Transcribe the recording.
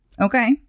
Okay